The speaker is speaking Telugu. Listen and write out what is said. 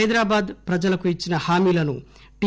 హైదరాబాద్ ప్రజలకు ఇచ్చిన హామీలను టి